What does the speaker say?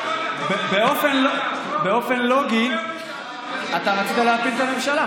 באופן לוגי, אתה רצית להפיל את הממשלה.